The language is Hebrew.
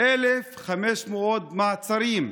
1,500 מעצרים,